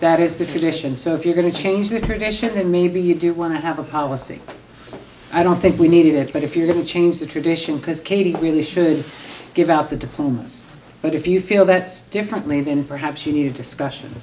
that is the tradition so if you're going to change the tradition and maybe you do want to have a policy i don't think we need it but if you're going to change the tradition because katie really should give out the diplomas but if you feel that differently then perhaps you need a discussion